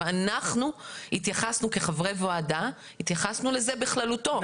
ואנחנו התייחסנו כחברי ועדה התייחסנו לזה בכללותו.